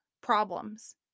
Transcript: problems